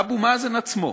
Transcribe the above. אבו מאזן עצמו,